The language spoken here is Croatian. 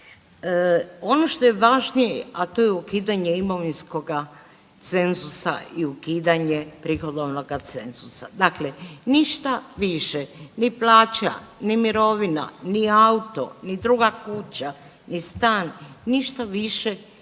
Ono što je važnije, a to je ukidanje imovinskoga cenzusa i ukidanje prihodovnoga cenzusa, dakle ništa više, ni plaća, ni mirovina, ni auto ni druga kuća i stan, ništa više